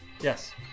Yes